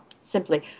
Simply